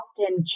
often